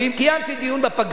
קיימתי דיון בפגרה.